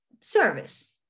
service